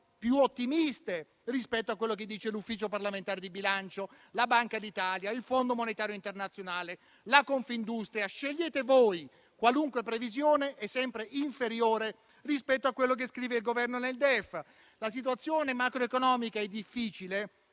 più ottimiste rispetto a quello che dicono l'Ufficio parlamentare di bilancio, la Banca d'Italia, il Fondo monetario internazionale, la Confindustria. Scegliete voi: qualunque previsione è sempre inferiore rispetto a quello che il Governo scrive nel DEF. La situazione macroeconomica è difficile